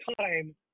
time